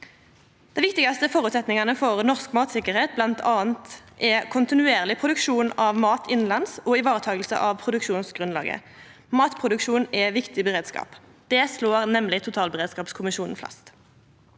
Dei viktigaste føresetnadene for norsk matsikkerheit er bl.a. kontinuerleg produksjon av mat innanlands og ivaretaking av produksjonsgrunnlaget. Matproduksjon er viktig beredskap – det slår nemleg totalberedskapskommisjonen fast.